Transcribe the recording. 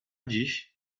dziś